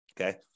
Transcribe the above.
Okay